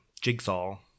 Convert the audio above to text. jigsaw